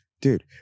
dude